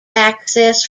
access